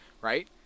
right